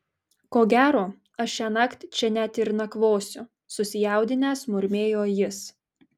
ko gero aš šiąnakt čia net ir nakvosiu susijaudinęs murmėjo jis